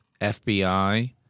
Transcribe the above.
FBI